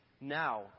Now